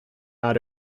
out